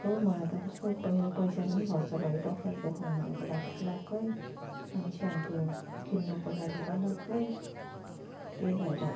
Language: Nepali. कस्तो मलाई त कस्तो मेरो पैसाको पनि खर्च भयो डक्टर देखाउनुको लागि अलग्गै अनि स्याम्पो किन्नुको लागि अलग्गै त्यही भएर